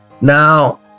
Now